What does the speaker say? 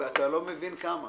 אתה לא מבין כמה.